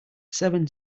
seven